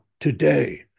Today